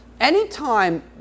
Anytime